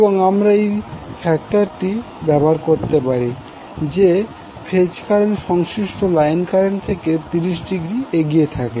এবং আমরা এই ফ্যাক্টটি ব্যবহার করতে পারি যে ফেজ কারেন্ট সংশ্লিষ্ট লাইন কারেন্ট থেকে 30০ এগিয়ে থাকে